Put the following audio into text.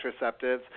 contraceptives